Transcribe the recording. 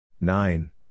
Nine